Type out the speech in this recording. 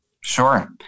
Sure